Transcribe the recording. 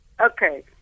Okay